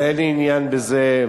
ואין לי עניין בזה,